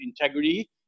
integrity